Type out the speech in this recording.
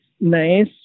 Nice